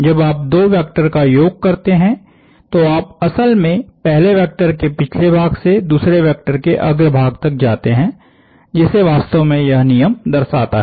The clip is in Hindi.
जब आप दो वेक्टर का योग करते हैं तो आप असल में पहले वेक्टर के पिछले भाग से दूसरे वेक्टर के अग्र भाग तक जाते हैं जिसे वास्तव में यह नियम दर्शाता है